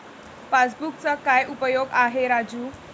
पासबुकचा काय उपयोग आहे राजू?